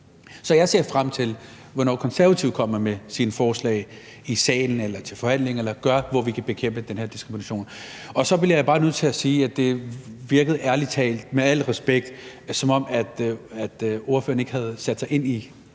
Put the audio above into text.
Så jeg ser frem til, at Konservative kommer med sine forslag i salen eller til forhandlinger og gør noget, så vi kan bekæmpe den her diskrimination. Så er jeg bare nødt til at sige, at det ærlig talt med al respekt virkede, som om ordføreren ikke havde sat sig ind i